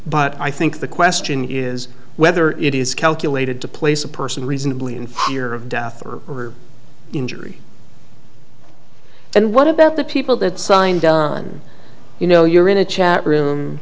but i think the question is whether it is calculated to place a person reasonably in fear of death or injury and what about the people that signed on you know you're in a chat room